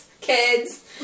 kids